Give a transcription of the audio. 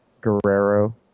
Guerrero